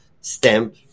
stamp